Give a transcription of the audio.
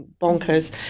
bonkers